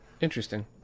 Interesting